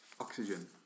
oxygen